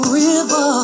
river